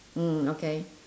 mm okay